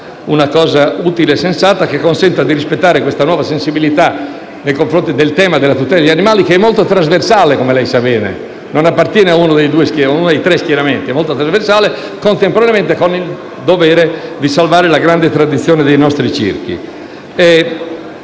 soluzione utile e sensata che consenta di rispettare la nuova sensibilità nei confronti del tema della tutela degli animali che, come lei sa bene, è molto trasversale. Non appartiene a uno dei tre schieramenti; è molto trasversale, come lo è il dovere di salvare la grande tradizione dei nostri circhi.